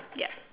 ya